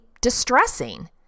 distressing